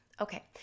Okay